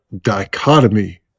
Dichotomy